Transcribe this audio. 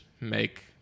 make